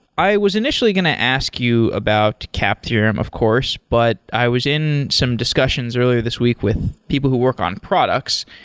i was initially going to ask you about the cap theorem, of course, but i was in some discussions earlier this week with people who work on products,